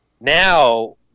now